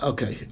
Okay